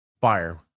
fire